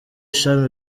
shami